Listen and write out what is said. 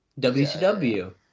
WCW